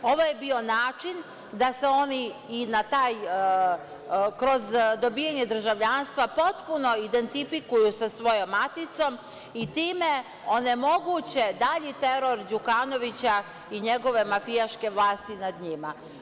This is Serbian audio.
Ovo je bio način da se oni i na taj, kroz dobijanje državljanstva potpuno identifikuju sa svojom maticom i time onemoguće dalji teror Đukanovića i njegove mafijaške vlasti nad njima.